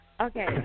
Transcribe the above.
Okay